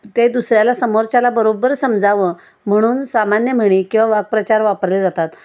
ते दुसऱ्याला समोरच्याला बरोबर समजावं म्हणून सामान्य म्हणी किंवा वाक्प्रचार वापरले जातात